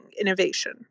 Innovation